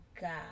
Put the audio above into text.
God